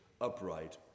upright